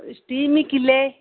steam କିଲେ